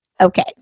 Okay